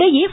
இதனிடையே